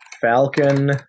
Falcon